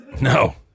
No